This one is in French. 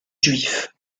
juifs